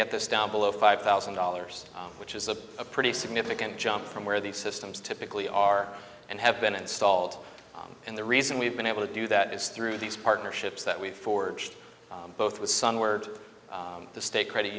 get this down below five thousand dollars which is a pretty significant jump from where these systems typically are and have been installed and the reason we've been able to do that is through these partnerships that we've forged both with sun word the state credit